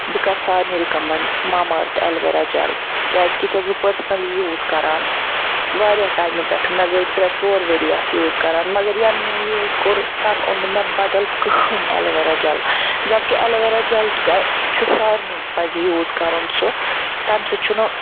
بہٕ کَرٕ سارنٕے recommend Mamaearth aloe vera gel کیٛازکہِ یہِ چھَس بہٕ پٔرسنلی یوٗز کَران واریاہ ٹایمہٕ پٮ۪ٹھٕ مےٚ گٔے ترٛےٚ ژور ؤری اَتھ یوٗز کَران مگر یَنہٕ مےٚ یہِ یوٗز کوٚر تَنہٕ اوٚن نہٕ مےٚ بَدَل کٕہٕنٛۍ ایٚلویرا جَل جب کہِ ایٚلویرا جَل چھُ سارنٕے پَزِ یوٗز کَرُن سُہ تَمہِ سۭتۍ چھُ نہٕ